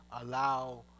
allow